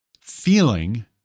feeling